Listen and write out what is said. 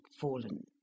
fallen